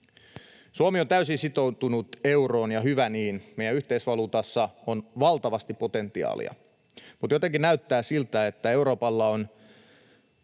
Suomi on täysin sitoutunut euroon, ja hyvä niin. Meidän yhteisvaluutassamme on valtavasti potentiaalia, mutta jotenkin näyttää siltä, että Euroopalla on